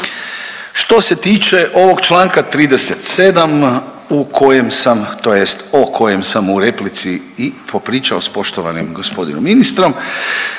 Što se tiče ovog čl. 37 u kojem sam tj. o kojem sam u replici i popričao s poštovanim g. ministrom,